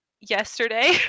yesterday